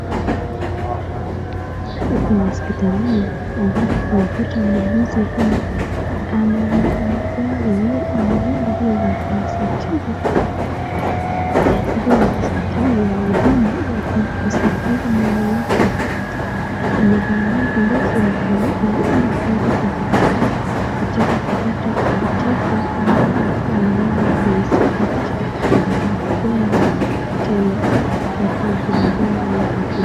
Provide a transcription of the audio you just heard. Huku ni hospitalini ambapo unatapata muuguzi huyu amevaa vizuri, amevaa nguo za kumsatili ,hii ni nguo ya hospitali ya hudumu la kumsitili mwili wake ,amevalia glovu mkononi ili kuweza kujikinga katika kupata uchafu ambao anaweza kuusafirisha kwa mgonjwa tena wakati wa kumdunga mgonjwa.